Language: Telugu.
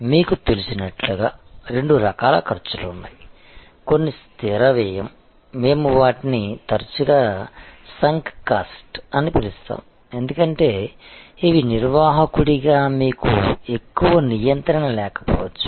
మీకు తెలిసినట్లుగా రెండు రకాల ఖర్చులు ఉన్నాయి కొన్ని స్థిర వ్యయం మేము వాటిని తరచుగా సంక్ కాస్ట్ అని పిలుస్తాము ఎందుకంటే ఇవి నిర్వాహకుడిగా మీకు ఎక్కువ నియంత్రణ లేకపోవచ్చు